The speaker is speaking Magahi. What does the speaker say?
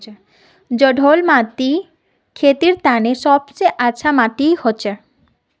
जलौढ़ माटी खेतीर तने सब स अच्छा माटी हछेक